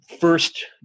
first